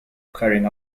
carrying